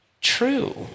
true